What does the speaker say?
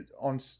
on